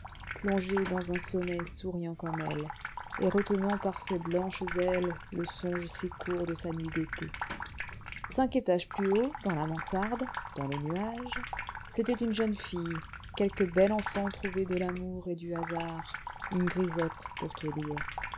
plongée dans un sommeil souriant comme elle et retenant par ses blanches ailes le songe si court de sa nuit d'été cinq étages plus haut dans la mansarde dans le nuage c'était une jeune fille quelque bel enfant trouvé de l'amour et du hasard une grisette pour tout dire